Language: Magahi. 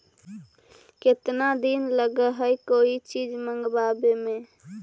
केतना दिन लगहइ कोई चीज मँगवावे में?